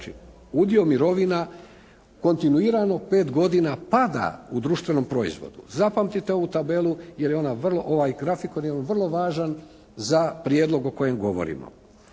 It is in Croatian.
udio mirovina kontinuirano pet godina pada u društvenom proizvodu. Zapamtite ovu tabelu jer je ona, ovaj grafikon jer je on vrlo važan za prijedlog o kojem govorimo.